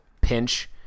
pinch